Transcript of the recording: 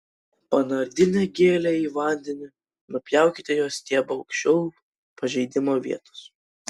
panardinę gėlę į vandenį nupjaukite jos stiebą aukščiau pažeidimo vietos